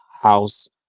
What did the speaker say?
house